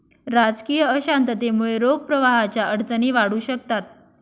राजकीय अशांततेमुळे रोख प्रवाहाच्या अडचणी वाढू शकतात